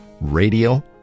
radio